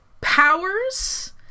*Powers*